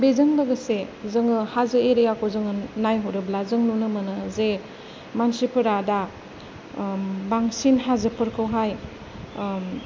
बेजों लोगोसे जोङो हाजो एरिया खौ जोङो नायहरोब्ला जों नुनो मोनो जे मानसिफोरा दा बांसिन हाजोफोरखौहाय